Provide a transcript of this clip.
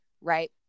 Right